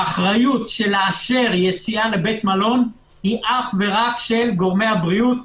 האחריות של לאשר יציאה לבית מלון היא רק של גורמי הבריאות,